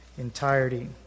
entirety